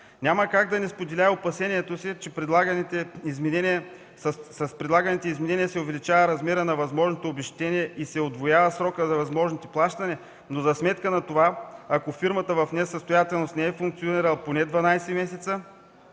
Няма как да не спомена опасението си, че с предлаганите изменения се увеличава размерът на възможното обезщетение и се удвоява срокът за възможното плащане, но за сметка на това, ако фирмата в несъстоятелност не е функционирала поне 12 месеца,